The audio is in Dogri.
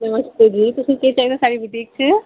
नमस्ते जी तुसें केह् चाहिदा साढ़ी वुटीक च